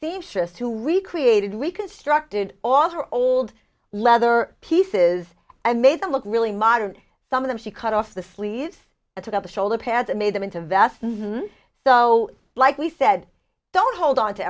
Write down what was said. seamstress who recreated reconstructed all of her old leather pieces and made them look really modern some of them she cut off the sleeves and took out the shoulder pads and made them into vests so like we said don't hold on to